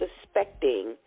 suspecting